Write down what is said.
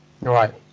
right